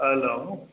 hello